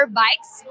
bikes